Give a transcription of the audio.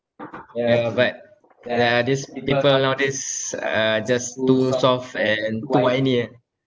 ya but uh these people nowadays are just too soft and too whiny ah